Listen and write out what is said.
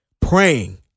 praying